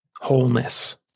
wholeness